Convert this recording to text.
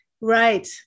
Right